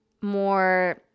more